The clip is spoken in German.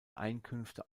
einkünfte